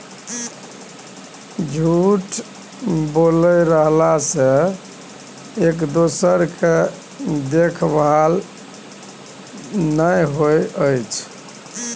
झूंड बना कय रहला सँ एक दोसर केर देखभाल होइ छै